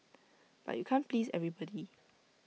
but you can't please everybody